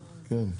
אוקיי.